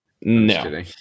No